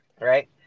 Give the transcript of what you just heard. Right